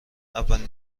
اولین